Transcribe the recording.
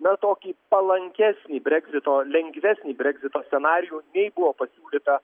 na tokį palankesnį breksito lengvesnį breksito scenarijų nei buvo pasiūlyta